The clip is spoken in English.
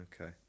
Okay